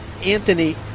Anthony